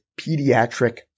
pediatric